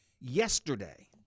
Yesterday